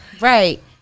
Right